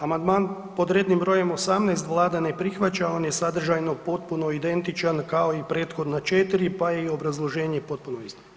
Amandman pod rednim br. 18 vlada ne prihvaća, on je sadržajno potpuno identičan kao i prethodna 4, pa je i obrazloženje potpuno isto.